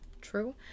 true